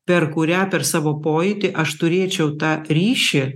per kurią per savo pojūtį aš turėčiau tą ryšį